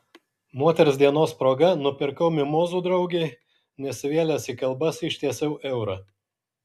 moters dienos proga nupirkau mimozų draugei nesivėlęs į kalbas ištiesiau eurą